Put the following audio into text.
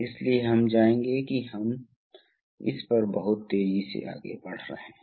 तो क्या होता है अगर अचानक सिस्टम में बल की आवश्यकता बढ़ जाती है तो तुरंत क्या होगा कि यहां दबाव बढ़ जाएगा